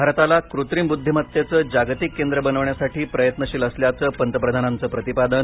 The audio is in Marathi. भारताला कृत्रिम बुद्धीमत्तेचं जागतिक केंद्र बनवण्यासाठी प्रयत्नशील असल्याचं पंतप्रधानांचं प्रतिपादन